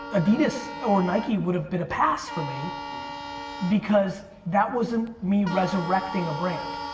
adidas or nike would have been a pass for me because that wasn't me resurrecting a brand.